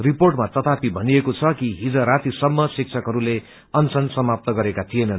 रिपोटमा तयापि भनिएको छ कि हिज राती सम् शिक्षकहरूले अनशन सामाप्त गरेका थिएनन्